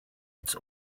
its